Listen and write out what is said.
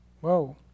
Whoa